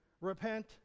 repent